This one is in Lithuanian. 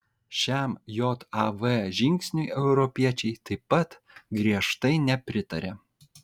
šiam jav žingsniui europiečiai taip pat griežtai nepritarė